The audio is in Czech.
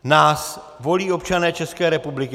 Nás volí občané České republiky.